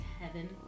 heaven